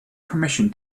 permission